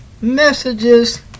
messages